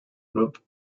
group